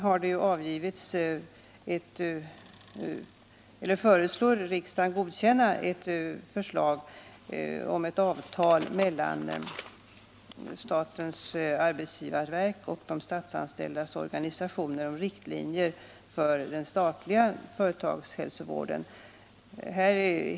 Man föreslår riksdagen att godkänna förslag till avtal mellan statens arbetsgivarverk och de statsanställdas organisationer om riktlinjer för den statliga företagshälsovården.